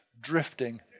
drifting